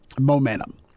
momentum